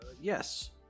Yes